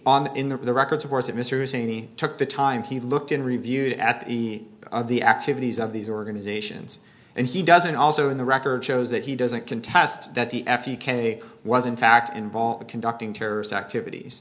on in the records of course that mr zinni took the time he looked in reviewed at the of the activities of these organizations and he doesn't also in the record shows that he doesn't contest that the f u k was in fact involved conducting terrorist activities